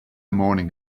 morning